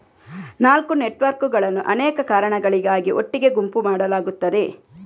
ನಾಲ್ಕು ನೆಟ್ವರ್ಕುಗಳನ್ನು ಅನೇಕ ಕಾರಣಗಳಿಗಾಗಿ ಒಟ್ಟಿಗೆ ಗುಂಪು ಮಾಡಲಾಗುತ್ತದೆ